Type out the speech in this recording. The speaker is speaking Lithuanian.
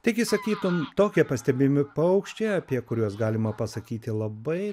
taigi sakytum tokie pastebimi paukščiai apie kuriuos galima pasakyti labai